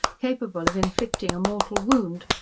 capable of inflicting a mortal wound,